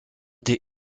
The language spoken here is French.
des